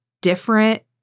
different